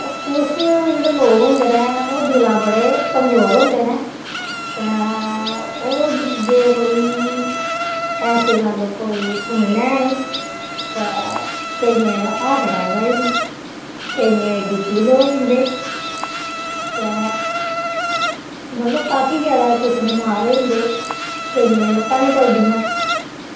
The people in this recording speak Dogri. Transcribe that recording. कुछ जेह्ड़े लोग होंदे न ओह् दिला बड़े कमजोर होंदे न ते ओह् जे कोई ऐसी गल्ल कोई सुनी लैन ते केइयें गी ते हार्ट अटैक आई जंदे केइयें दे बी पी लो होई जंदे ते मतलब कि काफी जादा कुछ बमार होई जंदे केइयें दियां लत्तां नेईं चलदियां